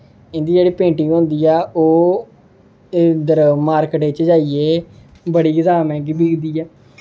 इं'दी जेह्ड़ी पेंटिंग होंदी ऐ ओह् इद्धर मार्किट च जाइयै बड़ी गै जादा मैहंगी बिकदी ऐ